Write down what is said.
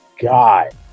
god